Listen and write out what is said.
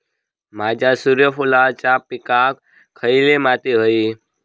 माझ्या सूर्यफुलाच्या पिकाक खयली माती व्हयी?